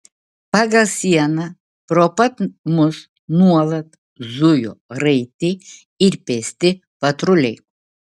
pagal sieną pro pat mus nuolat zujo raiti ir pėsti patruliai